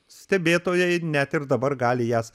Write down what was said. stebėtojai net ir dabar gali jas